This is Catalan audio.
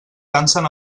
dansen